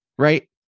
right